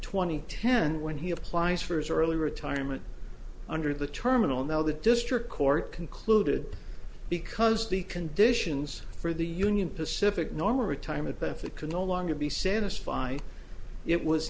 twenty ten when he applies for his or early retirement under the terminal now the district court concluded because the conditions for the union pacific normal retirement benefit could no longer be satisfied it was